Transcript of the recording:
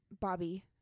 Bobby